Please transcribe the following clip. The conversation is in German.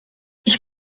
ich